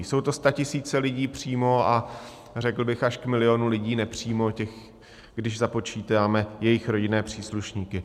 Jsou to statisíce lidí přímo a řekl bych až k milionu lidí nepřímo, když započítáme jejich rodinné příslušníky.